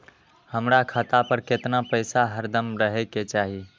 हमरा खाता पर केतना पैसा हरदम रहे के चाहि?